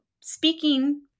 speaking